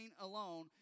alone